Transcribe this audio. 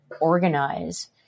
organize